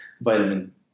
vitamin